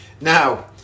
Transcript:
Now